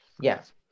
Yes